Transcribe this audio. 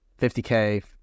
50K